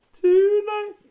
Tonight